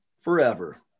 forever